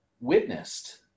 witnessed